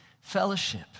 fellowship